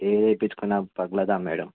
ఏది వేయించుకున్నా పగలదా మ్యాడమ్